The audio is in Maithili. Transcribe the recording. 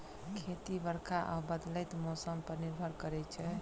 खेती बरखा आ बदलैत मौसम पर निर्भर करै छै